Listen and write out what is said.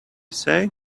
say